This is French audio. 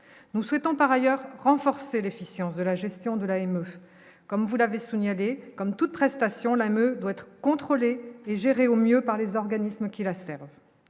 nous souhaitons par ailleurs renforcer l'efficience de la gestion de la comme vous l'avez souligné comme toute prestation la Meuse doit être contrôlé et gérer au mieux par les organismes qui va servir